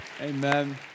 Amen